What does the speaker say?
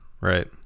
Right